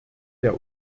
der